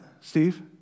Steve